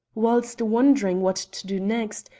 whilst wondering what to do next,